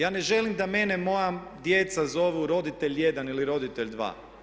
Ja ne želim da mene moja djeca zovu roditelj jedan ili roditelj dva.